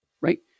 Right